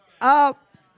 up